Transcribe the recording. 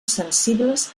sensibles